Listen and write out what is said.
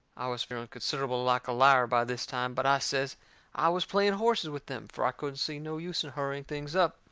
i was feeling considerable like a liar by this time, but i says i was playing horses with them, fur i couldn't see no use in hurrying things up.